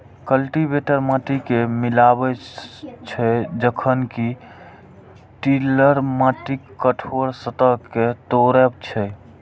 cultivator माटि कें मिलाबै छै, जखन कि टिलर माटिक कठोर सतह कें तोड़ै छै